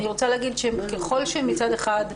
אני רוצה להגיד שככל שמצד אחד,